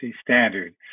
standard